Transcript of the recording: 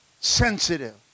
sensitive